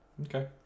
Okay